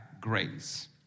Grace